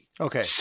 okay